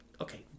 okay